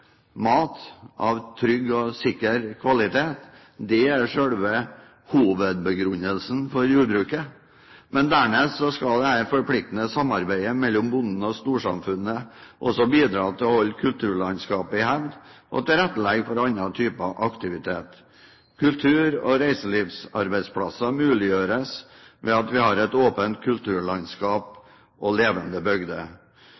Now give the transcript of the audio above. mat av trygg og sikker kvalitet. Det er selve hovedbegrunnelsen for jordbruket. Dernest skal dette forpliktende samarbeidet mellom bonden og storsamfunnet bidra til å holde kulturlandskapet i hevd og tilrettelegge for andre typer aktiviteter. Kultur- og reiselivsarbeidsplasser muliggjøres ved at vi har et åpent